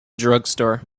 drugstore